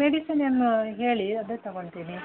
medicine ಎಲ್ಲ ಹೇಳಿ ಅದೇ ತಗೊತೀನಿ